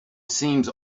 seems